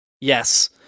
Yes